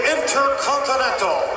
Intercontinental